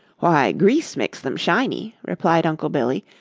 why, grease makes them shiny, replied uncle billy,